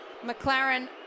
McLaren